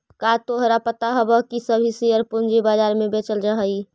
का तोहरा पता हवअ की सभी शेयर पूंजी बाजार में बेचल जा हई